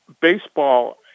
baseball